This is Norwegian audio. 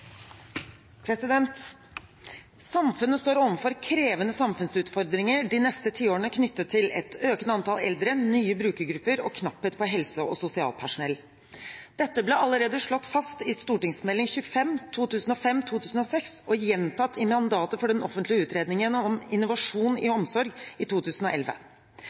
tiårene knyttet til et økende antall eldre, nye brukergrupper og knapphet på helse- og sosialpersonell. Dette ble allerede slått fast i St.meld. nr. 25 for 2005–2006 og gjentatt i mandatet for den offentlige utredningen om innovasjon i omsorg i 2011.